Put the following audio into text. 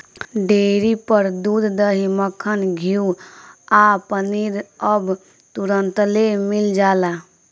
dairy पर दूध, दही, मक्खन, घीव आ पनीर अब तुरंतले मिल जाता